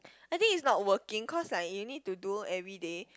I think is not working cause like you need to do everyday